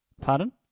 Pardon